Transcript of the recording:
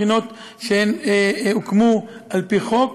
מכינות שהוקמו על-פי חוק,